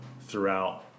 throughout